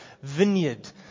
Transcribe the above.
Vineyard